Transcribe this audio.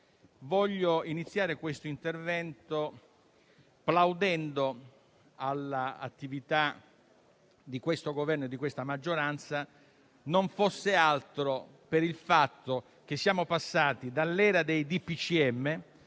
voglio iniziare il mio intervento plaudendo all'attività di questo Governo e di questa maggioranza, non foss'altro per il fatto che siamo passati dall'era dei DPCM,